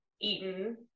eaten